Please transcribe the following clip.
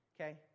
Okay